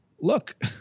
look